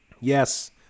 Yes